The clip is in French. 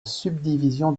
subdivision